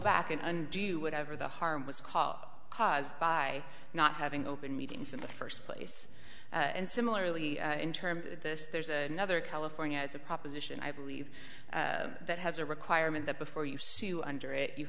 back and undo whatever the harm was caused by not having open meetings in the first place and similarly in terms of this there's another california it's a proposition i believe that has a requirement that before you